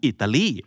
Italy